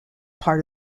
part